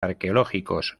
arqueológicos